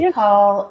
call